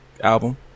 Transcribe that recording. album